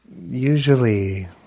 usually